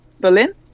Berlin